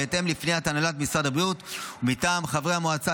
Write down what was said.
בהתאם לפניית הנהלת משרד הבריאות ומטעם חברי המועצה,